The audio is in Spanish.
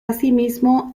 asimismo